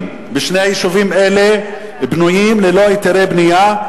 בשני יישובים אלה בנויים ללא היתרי בנייה,